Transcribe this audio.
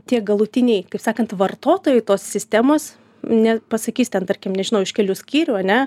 tie galutiniai kaip sakant vartotojai tos sistemos nepasakys ten tarkim nežinau iš kelių skyriųane